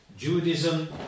Judaism